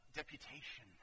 deputation